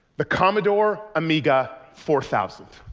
the commodore amiga four thousand.